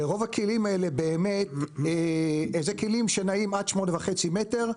ורוב הכלים האלה הם כלים שנעים עד שמונה וחצי מטר,